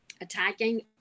attacking